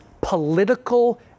political